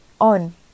on